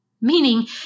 Meaning